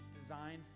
design